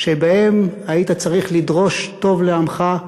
שבהם היית צריך לדרוש טוב לעמך,